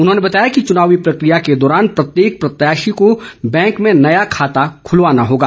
उन्होंने बताया कि चुनावी प्रक्रिया के दौरान प्रत्येक प्रत्याशी को बैंक में नया खाता खुलवाना होगा